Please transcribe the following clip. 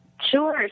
Sure